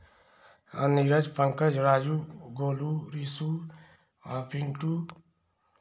Neeraj Pankaj Raju Golu Rishu Pintu